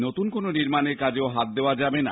নতুন কোনো নির্মাণের কাজেও হাত দেওয়া যাবে না